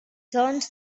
turned